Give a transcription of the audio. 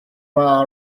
bar